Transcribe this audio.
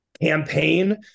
campaign